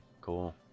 Cool